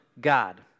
God